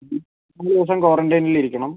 ദിവസം ക്വാറൻ്റൈനിൽ ഇരിക്കണം